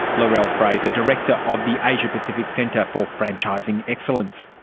lorelle frazer, director of the asia-pacific centre for franchising excellence.